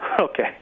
Okay